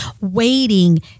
waiting